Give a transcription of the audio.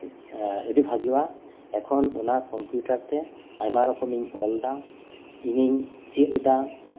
ᱟᱹᱰᱤ ᱵᱷᱟᱹᱜᱤᱣᱟ ᱚᱱᱟ ᱠᱚᱢᱯᱤᱭᱩᱴᱟᱨ ᱛᱮ ᱟᱭᱢᱟ ᱨᱚᱠᱚᱢ ᱤᱧ ᱧᱮᱞ ᱮᱫᱟ ᱤᱧᱤᱧ ᱪᱮᱫ ᱮᱫᱟ